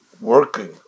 working